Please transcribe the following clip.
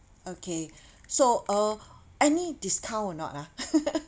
okay so uh any discount or not ah